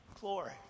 glory